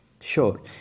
Sure